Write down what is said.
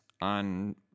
On